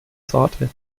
sorte